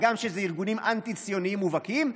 הגם שאלו ארגונים אנטי-ציוניים מובהקים,